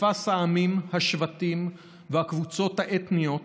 בפסיפס העמים, השבטים והקבוצות האתניות